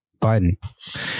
Biden